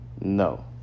no